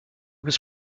was